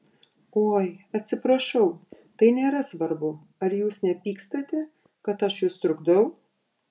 oi atsiprašau tai nėra svarbu ar jūs nepykstate kad aš jus trukdau